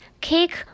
cake